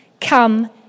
come